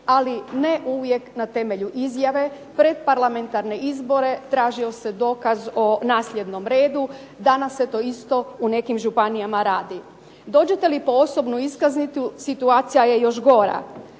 ali ne uvijek na temelju izjave. Pred parlamentarne izbore tražio se dokaz o nasljednom redu. Danas se to isto u nekim županijama radi. Dođete li po osobnu iskaznicu situacija je još gora.